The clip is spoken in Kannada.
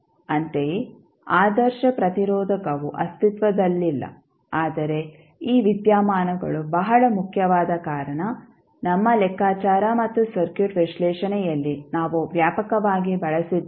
ಅಂತೆಯೇ ಆದರ್ಶ ಪ್ರತಿರೋಧಕವು ಅಸ್ತಿತ್ವದಲ್ಲಿಲ್ಲ ಆದರೆ ಈ ವಿದ್ಯಮಾನಗಳು ಬಹಳ ಮುಖ್ಯವಾದ ಕಾರಣ ನಮ್ಮ ಲೆಕ್ಕಾಚಾರ ಮತ್ತು ಸರ್ಕ್ಯೂಟ್ ವಿಶ್ಲೇಷಣೆಯಲ್ಲಿ ನಾವು ವ್ಯಾಪಕವಾಗಿ ಬಳಸಿದ್ದೇವೆ